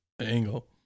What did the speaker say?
angle